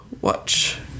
watch